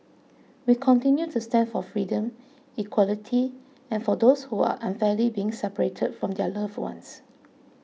we continue to stand for freedom equality and for those who are unfairly being separated from their loved ones